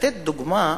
לתת דוגמה,